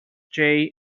jay